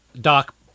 Doc